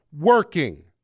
working